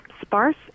sparse